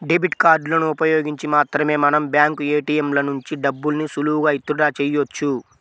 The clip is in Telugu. డెబిట్ కార్డులను ఉపయోగించి మాత్రమే మనం బ్యాంకు ఏ.టీ.యం ల నుంచి డబ్బుల్ని సులువుగా విత్ డ్రా చెయ్యొచ్చు